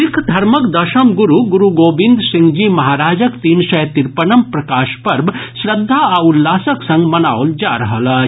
सिख धर्मक दशम गुरू गुरूगोविंद सिंह जी महाराजक तीन सय तीरपनम् प्रकाश पर्व श्रद्वा आ उल्लासक संग मनाओल जा रहल अछि